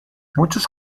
muchos